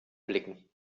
blicken